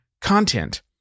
content